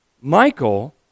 Michael